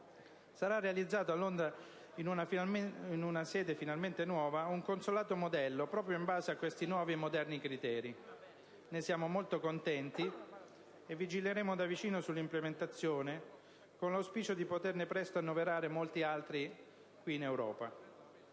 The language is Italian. sarà realizzato, in una sede finalmente nuova, un consolato modello proprio in base a questi nuovi e moderni criteri. Ne siamo molto contenti, e vigileremo da vicino sull'implementazione, con l'auspicio di potere presto annoverare molti altri esempi